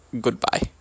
Goodbye